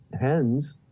hens